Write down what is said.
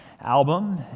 album